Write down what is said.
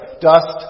dust